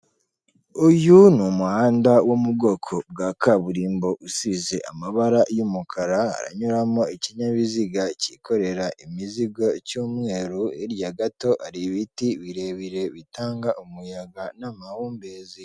Uyu ni umuhanda wo mu bwoko bwa kaburimbo usize amabara y'umukara, hanyuramo ikinyabiziga kikorera imizigo cy'umweru. Hirya gato hari ibiti birebire bitanga umuyaga n'amahumbezi.